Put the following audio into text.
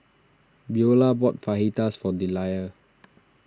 Beaulah bought Fajitas for Delia